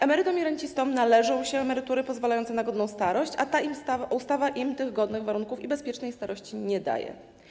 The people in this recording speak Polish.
Emerytom i rencistom należą się emerytury i renty pozwalające na godną starość, a ta ustawa im tych godnych warunków i bezpiecznej starości nie daje.